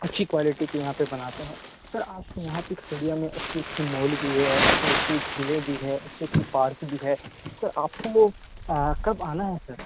اچھی کوالٹی کے یہاں پہ بناتے ہیں سر آپ یہاں پہ کھگڑیہ میں اچھی اچھی مال کی ہے اچھی اچھی جھیلیں بھی ہے اچھی اچھی پارک بھی ہے سر آپ کو وہ کب آنا ہے سر